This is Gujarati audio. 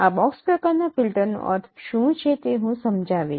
આ બોક્સ પ્રકારનાં ફિલ્ટરનો અર્થ શું છે તે હું સમજાવીશ